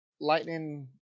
Lightning